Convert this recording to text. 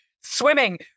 swimming